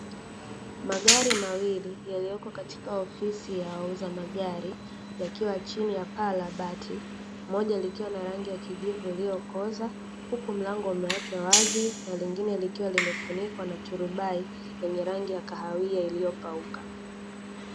Magari mawili yaliyoko katika ofisi ya wauza magari, yakiwa chini ya paa la bati; moja likiwa na rangi ya kijivu iliyokoza huku mlango umeachwa wazi na lingine likiwa limefunikwa na turubai, lenye rangi ya kahawia iliyopauka.